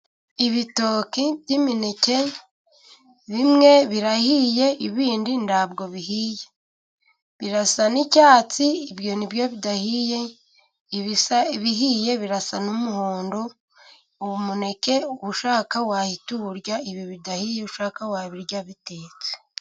Ibitoki by'imineke bimwe birahiye ibindi ntabwo bihiye, birasa n'icyatsi ibyo ni byo bidahiye ibihiye birasa n'umuhondo, uwo muneke ushaka wahita uwurya, ibi bidahiye ushaka wabirya bitetse.